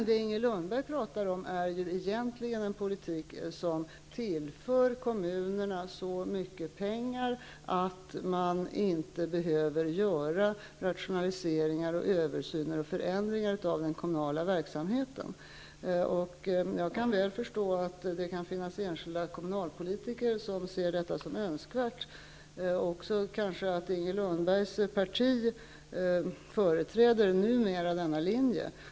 Det Inger Lundberg pratar om är egentligen en politik som tillför kommunerna så mycket pengar att de inte behöver göra rationaliseringar, översyner och förändringar i den kommunala verksamheten. Jag kan väl förstå att det finns enskilda kommunalpolitiker som ser detta som önskvärt, och kanske också att Inger Lundbergs parti numera förträder denna linje.